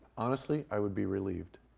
honestly, i would be relieved,